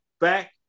back